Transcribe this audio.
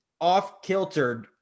off-kiltered